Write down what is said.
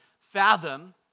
fathom